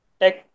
tech